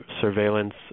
surveillance